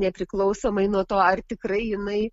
nepriklausomai nuo to ar tikrai jinai